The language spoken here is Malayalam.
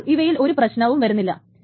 അപ്പോൾ ഇവയിൽ ഒരു പ്രശ്നവും വരുന്നില്ല